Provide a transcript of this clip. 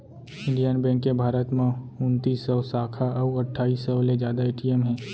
Indian bank के भारत म उनतीस सव साखा अउ अट्ठाईस सव ले जादा ए.टी.एम हे